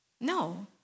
No